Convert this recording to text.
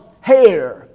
hair